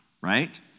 right